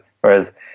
Whereas